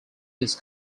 his